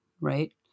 right